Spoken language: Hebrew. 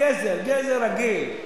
גזר, גזר רגיל.